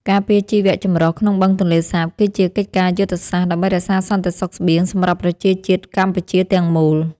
ការពារជីវចម្រុះក្នុងបឹងទន្លេសាបគឺជាកិច្ចការយុទ្ធសាស្ត្រដើម្បីរក្សាសន្តិសុខស្បៀងសម្រាប់ប្រជាជាតិកម្ពុជាទាំងមូល។